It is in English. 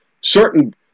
certain